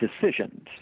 decisions